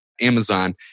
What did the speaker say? Amazon